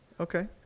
okay